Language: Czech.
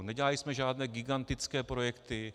Nedělali jsme žádné gigantické projekty.